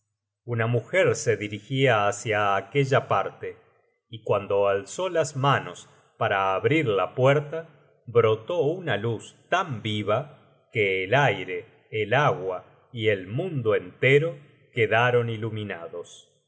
una mujer se dirigia hácia aquella parte y cuando alzó las manos para abrir la puerta brotó una luz tan viva que el aire el agua y el mundo entero quedaron iluminados frey